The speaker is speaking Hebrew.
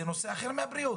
זה נושא אחר מהבריאות.